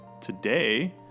today